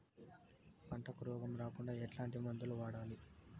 పంటకు రోగం రాకుండా ఎట్లాంటి మందులు వాడాలి?